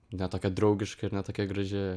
ne tokia draugiška ir ne tokia graži